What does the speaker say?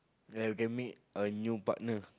ya you can meet a new partner